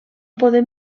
podem